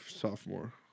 sophomore